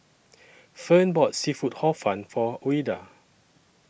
Fern bought Seafood Hor Fun For Ouida